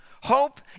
Hope